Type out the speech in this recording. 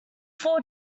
four